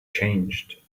changed